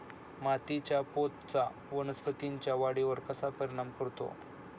मातीच्या पोतचा वनस्पतींच्या वाढीवर कसा परिणाम करतो?